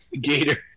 Gator